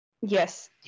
Yes